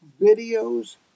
videos